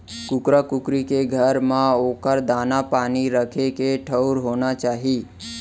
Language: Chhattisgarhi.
कुकरा कुकरी के घर म ओकर दाना, पानी राखे के ठउर होना चाही